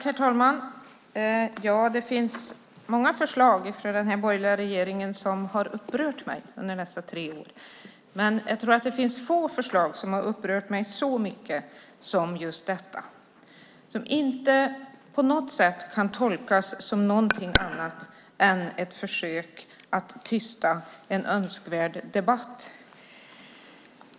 Herr talman! Många förslag från den borgerliga regeringen har upprört mig, men få har upprört mig så mycket som detta. Det kan inte tolkas som något annat än ett försök att tysta en önskvärd debatt.